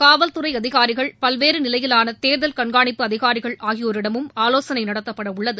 காவல்துறை அதிகாரிகள் பல்வேறு நிலையிலாள தேர்தல் கண்காணிப்பு அதிகாரிகள் ஆகியோரிடமும் ஆலோசனை நடத்தப்பட உள்ளது